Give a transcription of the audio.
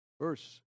verse